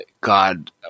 God